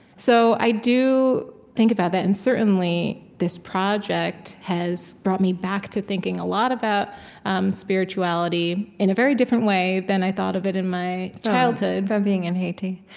so i do think about that. and certainly, this project has brought me back to thinking a lot about um spirituality in a very different way than i thought of it in my childhood from being in haiti.